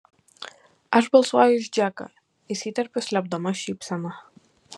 aš balsuoju už džeką įsiterpiu slėpdama šypseną